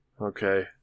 okay